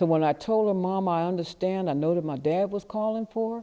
so when i told her mom i understand and know that my dad was calling for